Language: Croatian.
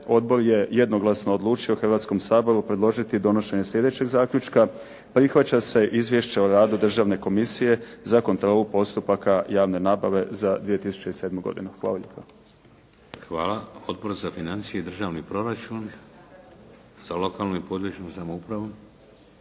Odbor je jednoglasno odlučio Hrvatskom saboru predložiti donošenje sljedećeg zaključka: „Prihvaća se izvješće o radu državne komisije za kontrolu postupaka javne nabave za 2007. godinu.“. Hvala lijepa. **Šeks, Vladimir (HDZ)** Hvala. Odbor za financije i državni proračun? Za lokalnu i područnu samoupravu?